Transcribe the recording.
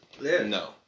No